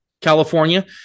California